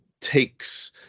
takes